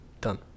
Done